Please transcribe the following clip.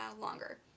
longer